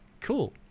cool